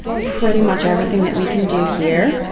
pretty much everything that we can do here.